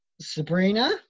Sabrina